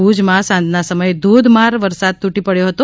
ભુજમાં સાંજના સમયે ધોધમાર વરસાદ તૂટી પડ્યો હતો